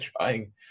trying